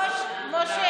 לא,